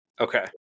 Okay